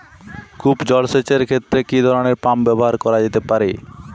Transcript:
কূপ জলসেচ এর ক্ষেত্রে কি ধরনের পাম্প ব্যবহার করা যেতে পারে?